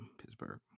Pittsburgh